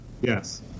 yes